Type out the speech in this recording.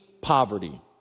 poverty